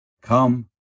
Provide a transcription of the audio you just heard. come